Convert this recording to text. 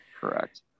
correct